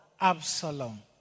Absalom